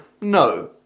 No